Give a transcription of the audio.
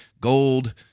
gold